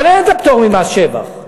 אבל אין הפטור ממס שבח.